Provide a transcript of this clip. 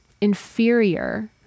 inferior